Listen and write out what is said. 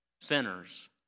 sinners